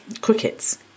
crickets